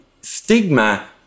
stigma